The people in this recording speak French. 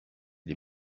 les